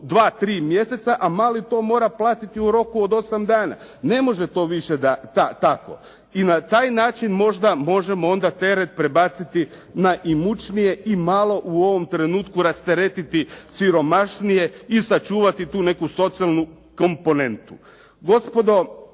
2, 3 mjeseca, a mali to mora platiti u roku od 8 dana. Ne može to više tako. I na taj način možda možemo onda teret prebaciti na imućnije i malo u ovom trenutku rasteretiti siromašnije i sačuvati tu neku socijalnu komponentu.